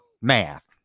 Math